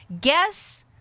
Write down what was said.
Guess